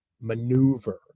maneuver